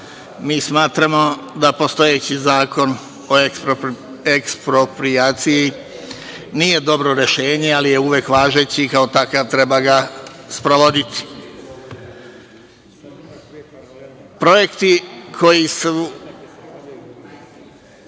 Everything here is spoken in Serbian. Mi smatramo da postojeći zakon o eksproprijaciji nije dobro rešenje, ali je uvek važeći i kao takav treba ga sprovoditi. Projekti koji su